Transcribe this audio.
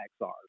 XRs